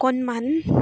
অকণমান